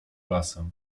lasem